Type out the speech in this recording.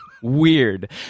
Weird